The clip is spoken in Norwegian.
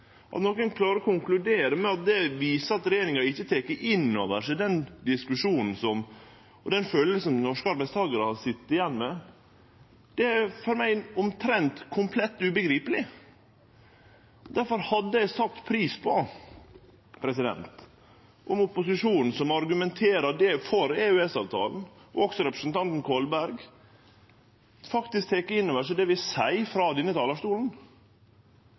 At nokon klarer å konkludere med at det viser at regjeringa ikkje tek inn over seg den følelsen som norske arbeidstakarar sit igjen med, er for meg omtrent komplett ubegripeleg. Difor hadde eg sett pris på det om opposisjonen som argumenterer for EØS-avtala, også representanten Kolberg, faktisk tek inn over seg det vi seier frå denne talarstolen.